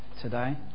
today